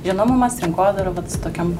žinomumas rinkodara vat su tokiom